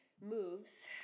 moves